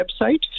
website